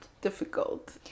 difficult